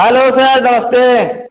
hello sir नमस्ते